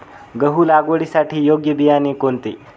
गहू लागवडीसाठी योग्य बियाणे कोणते?